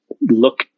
look